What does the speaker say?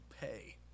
pay